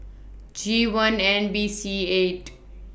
G one N B C eight